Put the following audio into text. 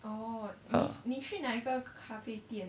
ah